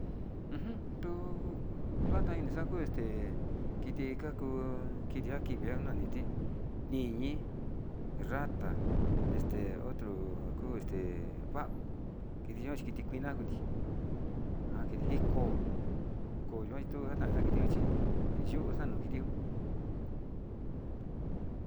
Uju tuu tuata ini xakuu este kiti kaku kiti njan kitian na'a njiti niñii, rata este otro kuu este va'u kiti yo'o kiti kuina kuti njan njiti kiko, koyo nje kuna njan kit yo'o chi njuan kaxhiton.